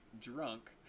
drunk